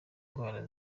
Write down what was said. ndwara